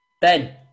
Ben